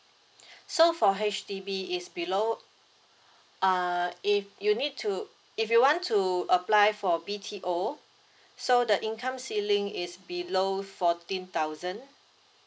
so for H_D_B is below uh if you need to if you want to apply for B_T_O so the income ceiling is below fourteen thousand